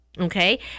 Okay